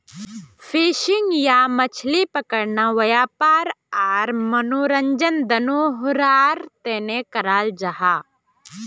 fishing या मछली पकड़ना वयापार आर मनोरंजन दनोहरार तने कराल जाहा